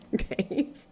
okay